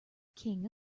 king